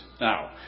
now